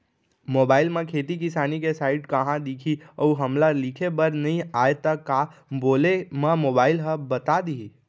Mobile म खेती किसानी के साइट कहाँ दिखही अऊ हमला लिखेबर नई आय त का बोले म मोबाइल ह बता दिही?